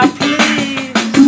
please